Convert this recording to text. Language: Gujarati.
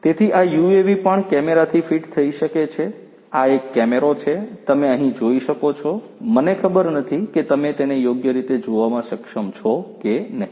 તેથી આ યુએવી પણ કેમેરાથી ફીટ થઈ શકે છે આ એક કેમેરો છે તમે અહીં જોઈ શકો છો મને ખબર નથી કે તમે તેને યોગ્ય રીતે જોવામાં સક્ષમ છો કે નહીં